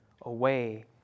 away